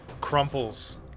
crumples